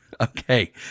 okay